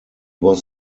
was